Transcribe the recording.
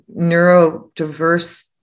neurodiverse